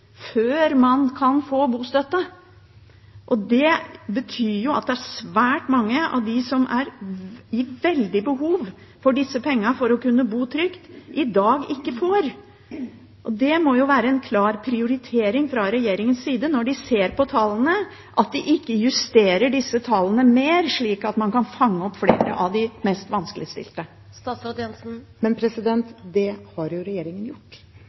før man kan få bostøtte. Det betyr at svært mange av dem som er i veldig behov for disse pengene for å kunne bo trygt, i dag ikke får. Det må være en klar prioritering fra regjeringens side – når de ser på tallene – at de ikke justerer disse tallene mer, slik at man kan fange opp flere av de mest vanskeligstilte. Men det har jo regjeringen gjort.